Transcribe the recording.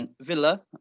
Villa